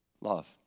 Love